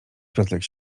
rozległ